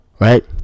right